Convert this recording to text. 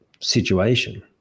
situation